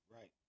Right